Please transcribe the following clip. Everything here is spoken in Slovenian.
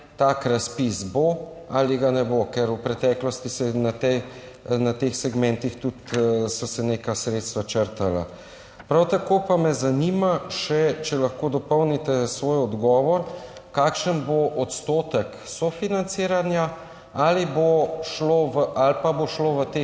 tak razpis bo ali ga ne bo, ker v preteklosti so se na teh segmentih tudi neka sredstva črpala? Prav tako pa me zanima, če lahko dopolnite svoj odgovor: Kakšen bo odstotek sofinanciranja? Ali pa bo šlo v teh